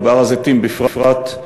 ובהר-הזיתים בפרט,